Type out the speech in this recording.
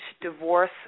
Divorce